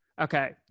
Okay